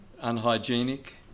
unhygienic